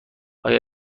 آیا